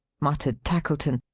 muttered tackleton,